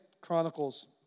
Chronicles